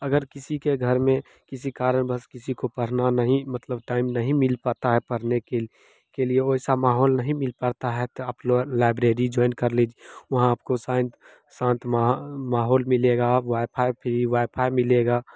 अगर किसी के घर में किसी कारणवश किसी को पढ़ना नहीं मतलब टाइम नहीं मिल पाता है पढ़ने के के लिए वैसा माहौल नहीं मिल पाता है तो आप लौ लाइब्रेरी ज्वाइन कर लीजिए वहाँ आपको शांत शांत महा माहौल मिलेगा आप वाईफाई फ्री वाईफाई मिलेगा